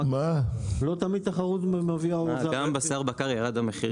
גם בבשר בקר ירדו המחירים.